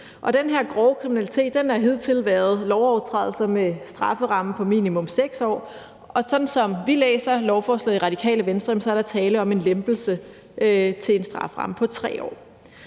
Den her grove kriminalitet har hidtil været lovovertrædelser med en strafferamme på minimum 6 år, og sådan som vi læser lovforslaget i Radikale Venstre, er der tale om en lempelse til en strafferamme på 3 år.